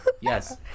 Yes